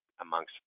amongst